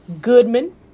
Goodman